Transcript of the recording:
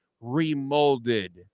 remolded